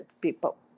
people